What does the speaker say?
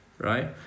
Right